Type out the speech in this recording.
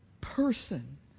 person